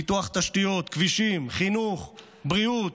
פיתוח תשתיות: כבישים, חינוך, בריאות,